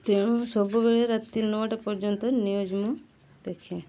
ତେଣୁ ସବୁବେଳେ ରାତି ନଅଟା ପର୍ଯ୍ୟନ୍ତ ନ୍ୟୁଜ୍ ମୁଁ ଦେଖେ